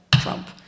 Trump